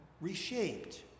reshaped